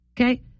okay